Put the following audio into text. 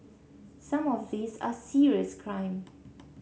some of these are serious crime